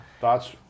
Thoughts